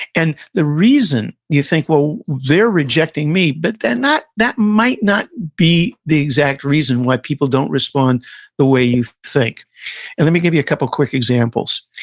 and the reason you think, well, they're rejecting me, but they're not. that might not be the exact reason why people don't respond the way you think and let me give you a couple of quick examples.